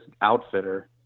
outfitter